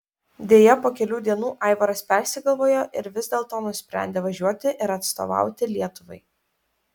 deja po kelių dienų aivaras persigalvojo ir vis dėlto nusprendė važiuoti ir atstovauti lietuvai